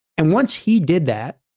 and once he did that,